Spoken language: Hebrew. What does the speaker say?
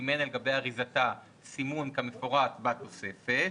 סימן על גבי אריזתה סימון כמפורט בתוספת,